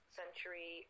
century